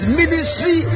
ministry